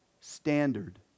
standard